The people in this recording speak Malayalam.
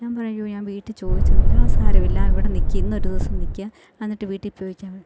ഞാൻ പറഞ്ഞു അയ്യോ ഞാൻ വീട്ടിൽ ചോദിച്ചൊന്നുമില്ല അത് സാരമില്ല ഇവിടെ നിൽക്ക് ഇന്നൊരു ദിവസം നിൽക്ക് എന്നിട്ട് വീട്ടിൽ ചോദിച്ച്